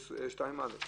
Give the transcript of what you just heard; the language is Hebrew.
2(א).